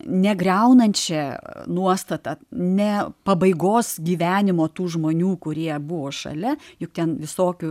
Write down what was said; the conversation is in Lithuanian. negriaunančia nuostata ne pabaigos gyvenimo tų žmonių kurie buvo šalia juk ten visokių